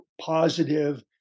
positive